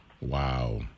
Wow